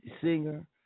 singer